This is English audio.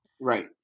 Right